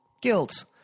guilt